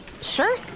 Sure